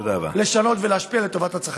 לשנות ולהשפיע לטובת הצרכנים.